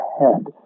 ahead